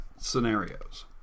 scenarios